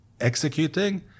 executing